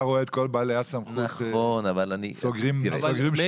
רואה את כל בעלי הסמכות סוגרים שורות.